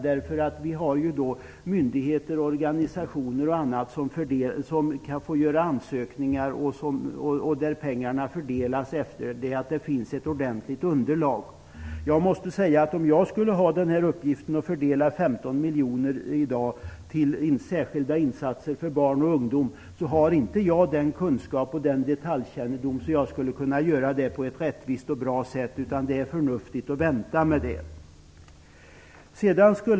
Det finns myndigheter, organisationer och andra som kan göra ansökningar och där pengarna fördelas efter det att det finns ett ordentligt underlag. Om jag i dag skulle ha uppgiften att fördela 15 miljoner till särskilda insatser för barn och ungdom har jag inte den kunskapen och detaljkännedom att jag skulle kunna göra det på ett rättvist och bra sätt, utan det är förnuftigt att vänta med det.